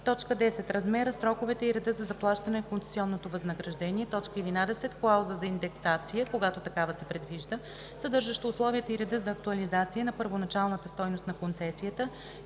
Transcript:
10. размера, сроковете и реда за заплащане на концесионното възнаграждение; 11. клауза за индексация, когато такава се предвижда, съдържаща условията и реда за актуализация на първоначалната стойност на концесията